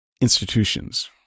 institutions